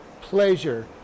pleasure